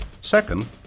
Second